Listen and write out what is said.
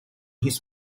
his